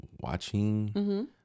watching